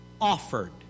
offered